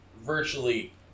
virtually